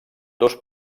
dos